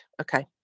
Okay